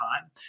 time